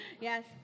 Yes